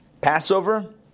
Passover